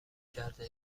کرده